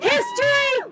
History